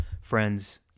friends